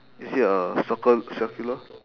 is it a circle circular